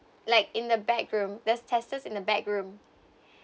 like in the backroom there's testers in the backroom